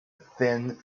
thin